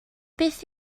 beth